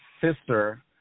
sister